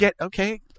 Okay